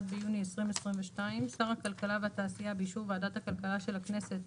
ביוני 2022); שר הכלכלה והתעשייה באישור ועדת הכלכלה של הכנסת,